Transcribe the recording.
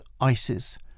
ISIS